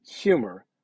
humor